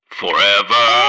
forever